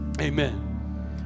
Amen